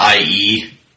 IE